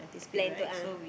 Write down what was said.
plan to ah